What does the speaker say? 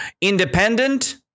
independent